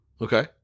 Okay